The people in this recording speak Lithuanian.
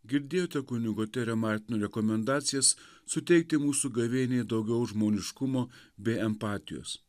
girdėjote kunigo terio martino rekomendacijas suteikti mūsų gavėniai daugiau žmoniškumo bei empatijos